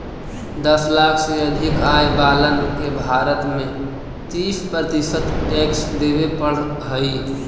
दस लाख से अधिक आय वालन के भारत में तीस प्रतिशत टैक्स देवे पड़ऽ हई